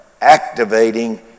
activating